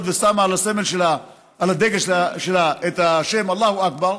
ושמה על הדגל שלה את המילים "אללה אכבר",